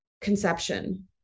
conception